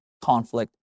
conflict